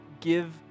Give